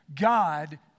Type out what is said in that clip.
God